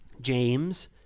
james